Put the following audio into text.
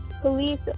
police